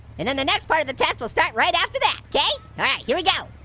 and then the next part of the test will start right after that. alright, here we go,